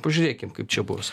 pažiūrėkim kaip čia bus